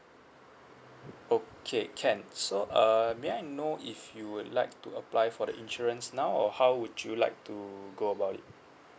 okay can so uh may I know if you would like to apply for the insurance now or how would you like to go about it